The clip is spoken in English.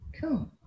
cool